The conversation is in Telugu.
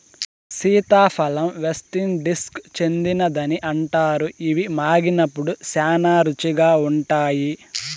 సీతాఫలం వెస్టిండీస్కు చెందినదని అంటారు, ఇవి మాగినప్పుడు శ్యానా రుచిగా ఉంటాయి